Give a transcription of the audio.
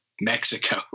Mexico